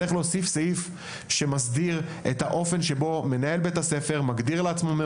צריך להוסיף סעיף שיסדיר את האופן שבו מנהל בית הספר מגדיר לעצמו,